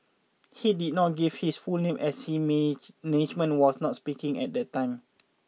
he did not give his full name as his management was not speaking at the time